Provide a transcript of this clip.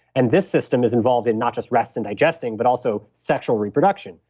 and this system is involved in not just rest and digesting, but also sexual reproduction,